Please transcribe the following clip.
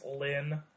Lynn